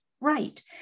right